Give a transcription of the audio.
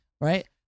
right